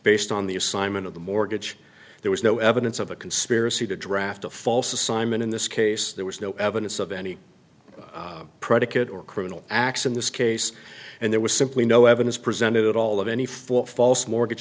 based on the assignment of the mortgage there was no evidence of a conspiracy to draft a false assignment in this case there was no evidence of any predicate or criminal acts in this case and there was simply no evidence presented at all of any for false mortgage